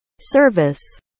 service